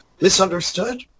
misunderstood